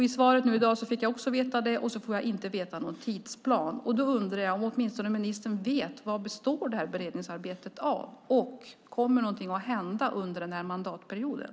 I svaret i dag får jag också veta det, men jag får inte veta någon tidsplan. Vet ministern vad beredningsarbetet består av, och kommer någonting att hända under den här mandatperioden?